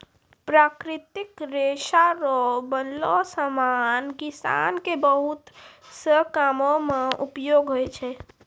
प्राकृतिक रेशा रो बनलो समान किसान के बहुत से कामो मे उपयोग हुवै छै